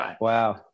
Wow